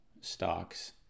stocks